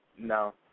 No